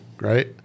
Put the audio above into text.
right